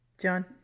John